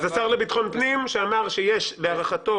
אז השר לביטחון הפנים שאמר שיש להערכתו